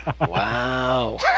Wow